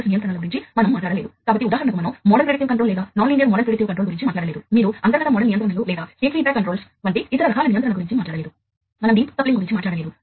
process automation సిస్టమ్లో వందల మరియు వేల రకాల ఎలక్ట్రానిక్ భాగాలు ఉంటాయి